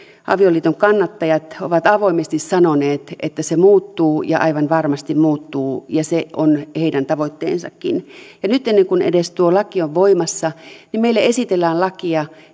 avioliiton kannattajat ovat avoimesti sanoneet että se muuttuu ja aivan varmasti muuttuu ja se on heidän tavoitteensakin ja nyt ennen kuin tuo laki on edes voimassa meille esitellään lakia